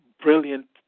brilliant